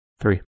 Three